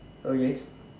okay